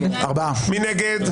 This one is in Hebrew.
מי נגד?